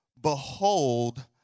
behold